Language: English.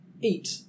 eat